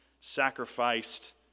sacrificed